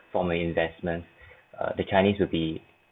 form of investment err the chinese would be